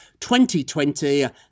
2020